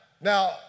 now